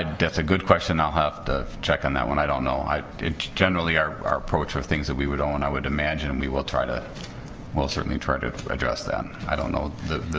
and that's a good question i'll have to check on that one i don't know i did generally our our approach for things that we would own i would imagine we will try to well certainly try to address that i don't know what